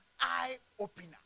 eye-opener